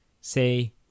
say